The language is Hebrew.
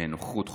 נוכחות חובה.